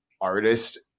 artist